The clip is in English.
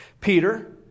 Peter